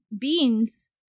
beans